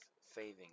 saving